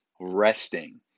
resting